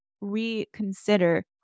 reconsider